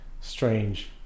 strange